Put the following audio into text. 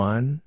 One